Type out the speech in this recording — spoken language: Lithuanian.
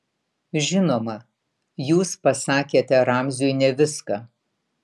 žinoma jūs pasakėte ramziui ne viską